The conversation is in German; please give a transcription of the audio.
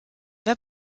wer